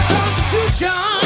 Constitution